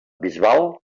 bisbal